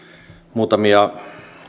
muutamia